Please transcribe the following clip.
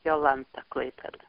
jolanta klaipėda